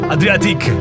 Adriatic